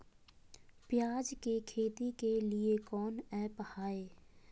प्याज के खेती के लिए कौन ऐप हाय?